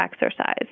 exercise